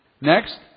Next